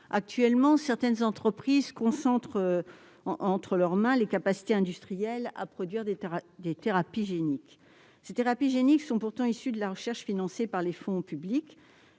Actuellement, certaines entreprises concentrent entre leurs mains les capacités industrielles de production de thérapies géniques. Celles-ci sont pourtant issues de la recherche financée par les fonds publics.